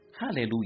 Hallelujah